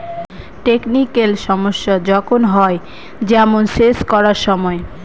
technical সমস্যা যখন হয়, যেমন সেচ করার সময়